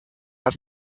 hat